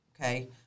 Okay